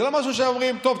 זה לא משהו שאומרים: טוב,